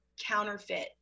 counterfeit